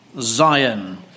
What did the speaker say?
Zion